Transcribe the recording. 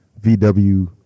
VW